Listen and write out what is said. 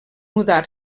mudar